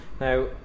Now